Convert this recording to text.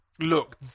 look